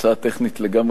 הפעם הצעה טכנית לגמרי,